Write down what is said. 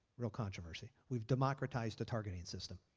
real controversy. we've democratized a targeting system.